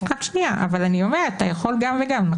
אני אומרת שאתה יכול גם וגם.